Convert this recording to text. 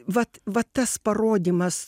vat va tas parodymas